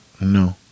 no